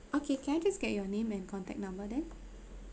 okay can I just get your name and contact number then